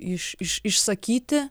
iš iš išsakyti